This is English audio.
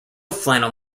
flannel